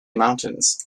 mountains